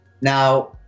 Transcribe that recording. now